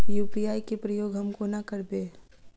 UPI केँ प्रयोग हम कोना करबे?